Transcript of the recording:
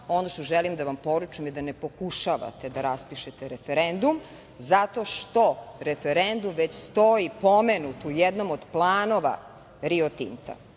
ono što želim da vam poručim, je da ne pokušavate da raspišete referendum, zato što, referendum već stoji pomenut u jednom od planova Rio Tinta,